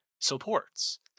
supports